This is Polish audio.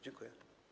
Dziękuję.